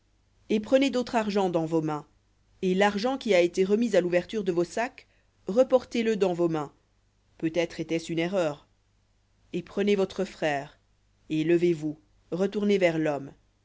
et prenez d'autre argent dans vos mains et l'argent qui a été remis à l'ouverture de vos sacs reportez le dans vos mains peut-être était-ce une erreur et prenez votre frère et levez-vous retournez vers l'homme